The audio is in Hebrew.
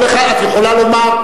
את יכולה לומר: